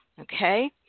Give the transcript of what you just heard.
okay